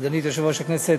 סגנית יושב-ראש הכנסת,